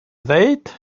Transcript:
ddweud